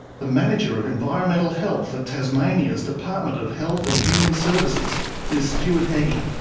the manager of environmental health at tasmania's department of health and human services is stuart heggie.